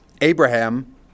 Abraham